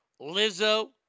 Lizzo